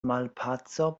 malpaco